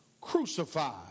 crucified